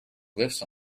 glyphs